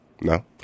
No